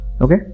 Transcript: Okay